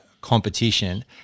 competition